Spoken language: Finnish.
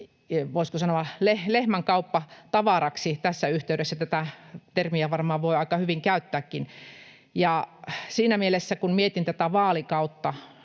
voisiko sanoa, lehmänkauppatavaraksi — tässä yhteydessä tätä termiä varmaan voi aika hyvin käyttääkin. Siinä mielessä, kun mietin tätä vaalikautta,